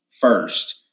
first